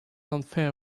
unfair